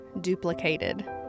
duplicated